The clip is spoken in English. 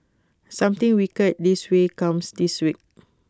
something wicked this way comes this week